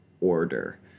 order